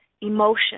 emotion